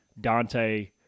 Dante